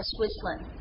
Switzerland